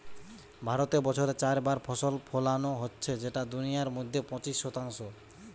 ভারতে বছরে চার বার ফসল ফোলানো হচ্ছে যেটা দুনিয়ার মধ্যে পঁচিশ শতাংশ